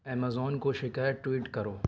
Amazon کو شکایت tweet کرو